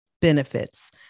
Benefits